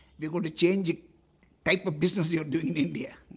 they're going to change the type of business you're doing in india.